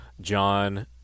John